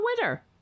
winner